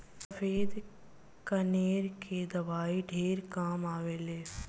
सफ़ेद कनेर के दवाई ढेरे काम आवेल